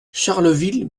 charleville